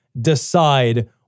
decide